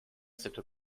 cette